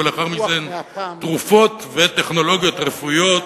ולאחר מכן "תרופות וטכנולוגיות רפואיות",